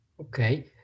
Okay